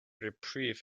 reprieve